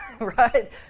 Right